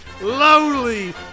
lowly